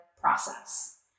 process